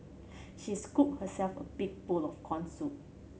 she scooped herself a big bowl of corn soup